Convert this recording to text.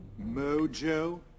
Mojo